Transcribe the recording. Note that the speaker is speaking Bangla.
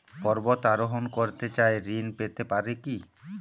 পর্বত আরোহণ করতে চাই ঋণ পেতে পারে কি?